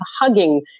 hugging